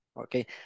Okay